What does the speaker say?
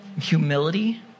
humility